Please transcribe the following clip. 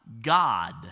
God